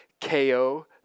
KO